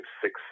six